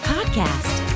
Podcast